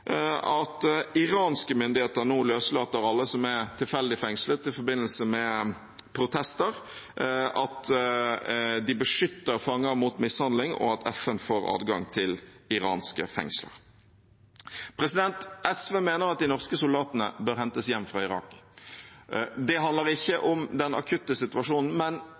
at iranske myndigheter nå løslater alle som er tilfeldig fengslet i forbindelse med protester, at de beskytter fanger mot mishandling, og at FN får adgang til iranske fengsel. SV mener at de norske soldatene bør hentes hjem fra Irak. Det handler ikke om den akutte situasjonen, men